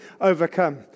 overcome